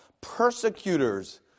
persecutors